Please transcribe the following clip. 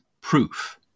proof